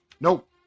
Nope